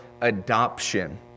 adoption